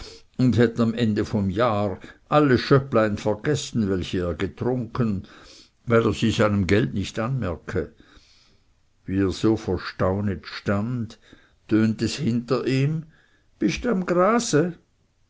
und hätte am ende vom jahr alle schöpplein vergessen welche er getrunken weil er sie seinem geld nicht anmerke wie er so verstaunet stund tönte es hinter ihm bist am grase